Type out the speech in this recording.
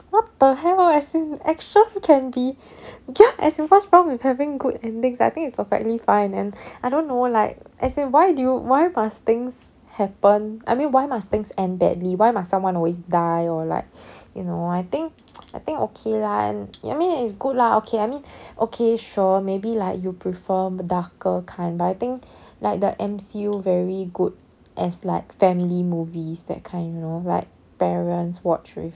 what the hell as in action can be ya as in what's wrong with having good endings I think it's perfectly fine and I don't know like as in why do you why must things happen I mean why must things end badly why must someone always die or like you know I think I think okay lah I mean it's good lah okay I mean okay sure maybe like you prefer the darker kind but I think like the M_C_U very good as like family movies that kind you know like parents watch with